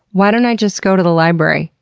why don't i just go to the library,